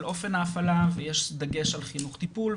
אופן ההפעלה ויש דגש על חינוך טיפול,